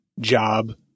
job